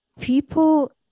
people